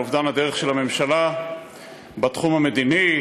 על אובדן הדרך של הממשלה בתחום המדיני,